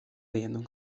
vienu